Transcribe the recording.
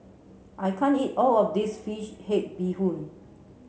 I can't eat all of this fish head bee hoon